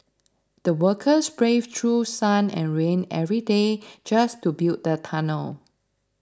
the workers braved through sun and rain every day just to build the tunnel